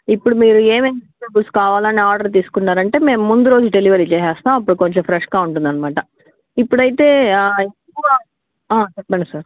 ఇప్పుడు మీరు ఏవేం వెజిటబుల్స్ కావాలని ఆర్డర్ తీసుకున్నారు అంటే మేము ముందు రోజు డెలివరీ చేసేస్తాము అప్పుడు కొంచెం ఫ్రెష్గా ఉంటుంది అన్నమాట ఇప్పుడు అయితే చెప్పండి సార్